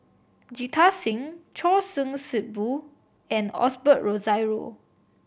Jita Singh Choor Singh Sidhu and Osbert Rozario